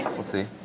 we'll see.